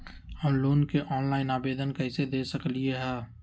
हम लोन के ऑनलाइन आवेदन कईसे दे सकलई ह?